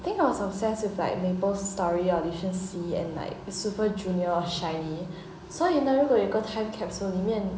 I think I was obsessed with like maplestory audition sea and like super junior or shinee 所以呢如果有一个 time capsule 里面